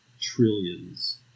trillions